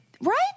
Right